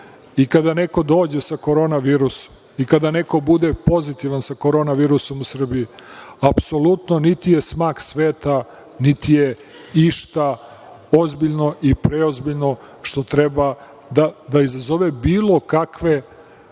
i kada neko dođe sa korona virusom i kada neko bude pozitivan sa korona virusom u Srbiji, apsolutno niti je smak sveta, niti je išta ozbiljno i preozbiljno što treba da izazove bilo kakve